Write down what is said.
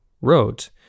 wrote